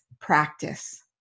practice